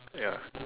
ya